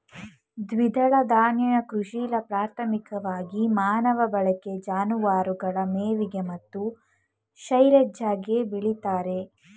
ದ್ವಿದಳ ಧಾನ್ಯನ ಕೃಷಿಲಿ ಪ್ರಾಥಮಿಕವಾಗಿ ಮಾನವ ಬಳಕೆ ಜಾನುವಾರುಗಳ ಮೇವಿಗೆ ಮತ್ತು ಸೈಲೆಜ್ಗಾಗಿ ಬೆಳಿತಾರೆ